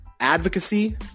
Advocacy